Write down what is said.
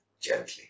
gently